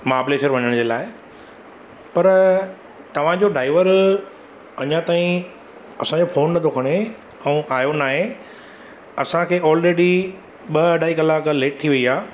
महाबलेश्वर वञण जे लाइ पर तव्हांजो ड्राइवर अञा ताईं असांजो फ़ोन नथो खणे ऐं आयो न आहे असांखे ऑलरेडी ॿ अढाई कलाक लेट थी वई आहे